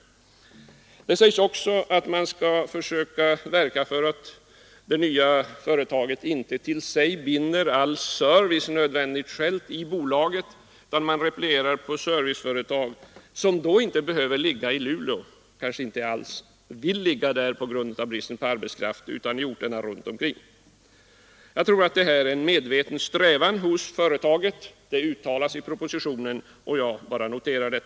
Det sägs också att man skall försöka verka för att det nya företaget inte binder all service till bolaget utan replierar på serviceföretag, som inte behöver ligga i Luleå — kanske inte alls vill göra det på grund av bristen på arbetskraft där — utan kan vara belägna i orterna runt omkring. Jag tror att detta är en medveten strävan hos företaget. Det uttalas i propositionen, och jag bara noterar det.